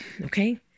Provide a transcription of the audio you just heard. Okay